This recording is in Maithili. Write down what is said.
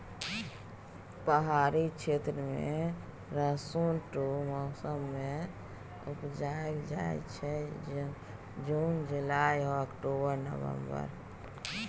पहाड़ी क्षेत्र मे रसुन दु मौसम मे उपजाएल जाइ छै जुन जुलाई आ अक्टूबर नवंबर